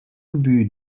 ubu